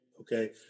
okay